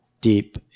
deep